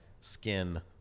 skin